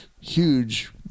huge